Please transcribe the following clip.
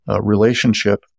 relationship